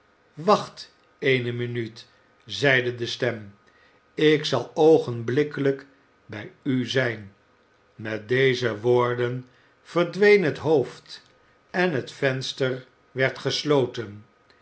wacht eene minuut zeide de stem ik zal ogenblikkelijk bij u zijn met deze woorden verdween het hoofd en het venster werd gesloten